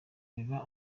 biba